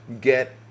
get